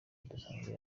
budasanzwe